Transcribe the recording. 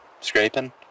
scraping